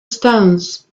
stones